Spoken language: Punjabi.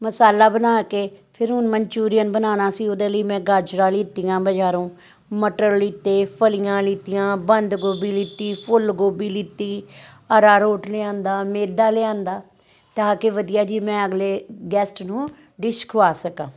ਮਸਾਲਾ ਬਣਾ ਕੇ ਫਿਰ ਹੁਣ ਮਨਚੂਰੀਅਨ ਬਣਾਉਣਾ ਸੀ ਉਹਦੇ ਲਈ ਮੈਂ ਗਾਜਰਾਂ ਲਿੱਤੀਆਂ ਬਾਜ਼ਾਰੋਂ ਮਟਰ ਲਿੱਤੇ ਫਲੀਆਂ ਲੀਤੀਆਂ ਬੰਦ ਗੋਭੀ ਲਿੱਤੀ ਫੁੱਲ ਗੋਭੀ ਲਿੱਤੀ ਅਰਾਰੋਟ ਲਿਆਉਂਦਾ ਮੈਦਾ ਲਿਆਉਂਦਾ ਤਾਂ ਕਿ ਵਧੀਆ ਜਿਹੀ ਮੈਂ ਅਗਲੇ ਗੈਸਟ ਨੂੰ ਡਿਸ਼ ਖਵਾ ਸਕਾਂ